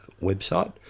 website